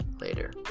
later